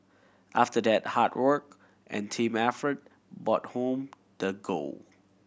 after that hard work and team effort but home the gold